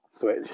switch